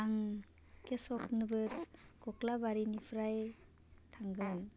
आं केसब नोगोर खख्लाबारिनिफ्राय थांगोन